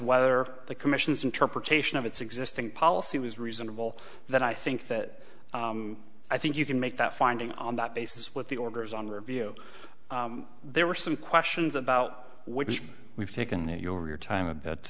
whether the commission's interpretation of its existing policy was reasonable that i think that i think you can make that finding on that basis with the orders on review there were some questions about which we've taken your your time that